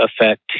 affect